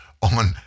on